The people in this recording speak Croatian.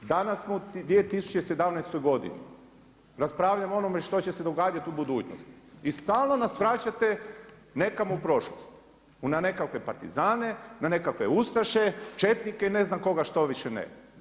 Danas smo u 2017. godini, raspravljamo o onome što će se dogoditi u budućnosti i stalno nas vraćate nekamo u prošlost na nekakve partizane, na nekakve ustaše, četnike i ne znam koga što više ne.